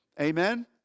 Amen